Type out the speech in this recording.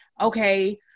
okay